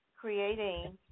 creating